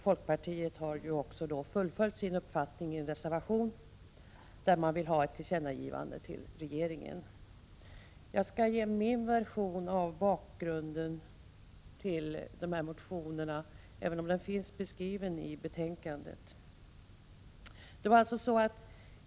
Folkpartiet har fullföljt sin uppfattning i en reservation, där man vill ha ett tillkännagivande till regeringen. Jag skall ge min version av bakgrunden, även om den finns beskriven i betänkandet.